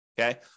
Okay